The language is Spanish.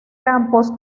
campos